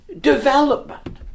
development